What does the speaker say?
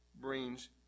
brings